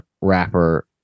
rapper